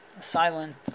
silent